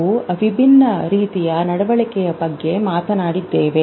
ನಾವು ವಿಭಿನ್ನ ರೀತಿಯ ನಡವಳಿಕೆಯ ಬಗ್ಗೆ ಮಾತನಾಡಿದ್ದೇವೆ